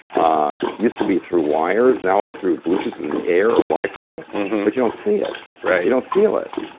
ah it used to be through wires. now it's through bluetooth and in the air or wifi but you don't see it. you don't feel it.